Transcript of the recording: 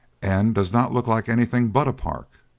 and does not look like anything but a park.